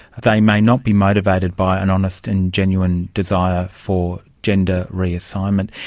they may not be motivated by an honest and genuine desire for gender reassignment.